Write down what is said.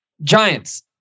Giants